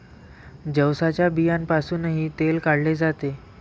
जवसाच्या बियांपासूनही तेल काढले जाते